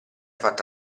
fatto